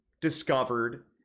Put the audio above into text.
discovered